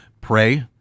pray